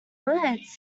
words